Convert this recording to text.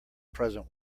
present